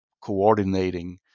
coordinating